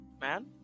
man